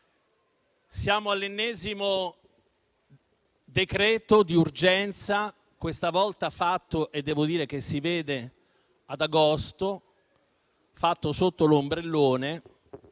Siamo all'ennesimo decreto di urgenza, questa volta fatto - devo dire che si vede - ad agosto, sotto l'ombrellone;